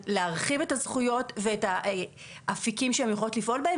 להרחיב את הזכויות ואת האפיקים שהן יכולות לפעול בהם